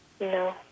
No